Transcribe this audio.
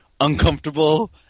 uncomfortable